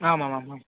आमामाम् आम्